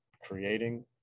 creating